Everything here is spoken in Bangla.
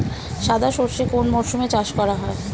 সাদা সর্ষে কোন মরশুমে চাষ করা হয়?